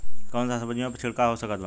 कौन सा सब्जियों पर छिड़काव हो सकत बा?